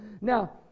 Now